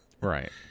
Right